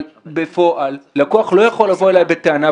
אבל בפועל הלקוח לא יכול לבוא אליי בטענה,